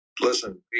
Listen